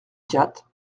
quatre